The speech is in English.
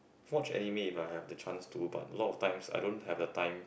watch anime but I have the chance to but a lot of times I don't have a time